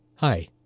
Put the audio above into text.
Hi